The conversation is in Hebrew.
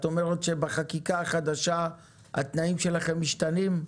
את אומרת שבחקיקה החדשה התנאים שלכם משתנים?